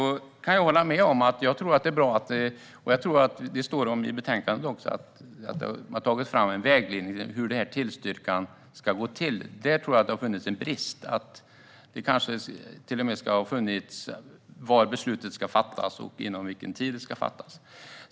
Jag kan hålla med om att det nog är bra att det har tagits fram en vägledning för hur tillstyrkan ska gå till. Detta står även i betänkandet. Jag tror att det har funnits en brist på detta område - det kanske till och med skulle ha stått var beslutet ska fattas och inom vilken tid det ska fattas.